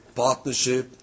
partnership